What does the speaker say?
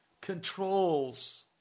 controls